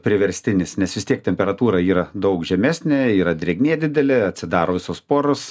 priverstinis nes vis tiek temperatūra yra daug žemesnė yra drėgmė didelė atsidaro visos poros